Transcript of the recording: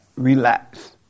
Relax